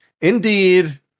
indeed